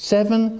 Seven